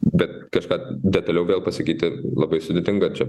bet kažką detaliau vėl pasakyti labai sudėtinga čia